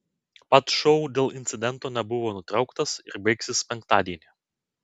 pats šou dėl incidento nebuvo nutrauktas ir baigsis penktadienį